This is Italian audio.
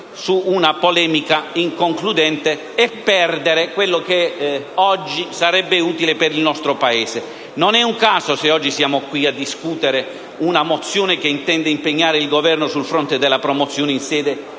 in una polemica inconcludente, e perdere quello che oggi sarebbe utile per il nostro Paese. Non è un caso se oggi siamo qui a discutere una mozione che intende impegnare il Governo sul fronte della promozione in sede